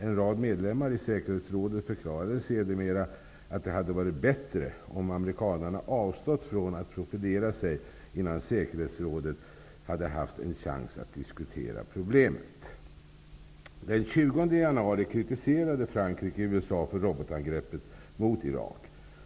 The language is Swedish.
En rad medlemmar i säkerhetsrådet förklarade sedermera att det hade varit bättre om amerikanerna avstått från att profilera sig innan säkerhetsrådet hade haft en chans att diskutera problemet. Den 20 januari kritiserade Frankrike USA för robotangreppet mot Irak.